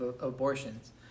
abortions